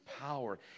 power